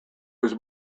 was